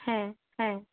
হ্যাঁ হ্যাঁ